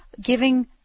giving